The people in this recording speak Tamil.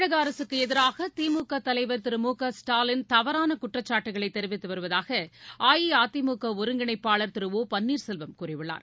தமிழக அரசுக்கு எதிராக திமுக தலைவர் திரு மு க ஸ்டாலின் தவறான குற்றச்சாட்டுகளை தெரிவித்து வருவதாக அஇஅதிமுக ஒருங்கிணைப்பாளர் திரு ஒ பன்னீர் செல்வம் கூறியுள்ளார்